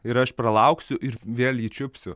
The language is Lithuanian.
ir aš pralauksiu ir vėl jį čiupsiu